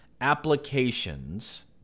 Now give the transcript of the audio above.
applications